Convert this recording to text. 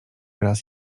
raz